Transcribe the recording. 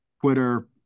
Twitter